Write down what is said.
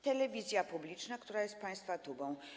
Telewizja publiczna, która jest państwa tubą.